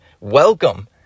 Welcome